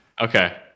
okay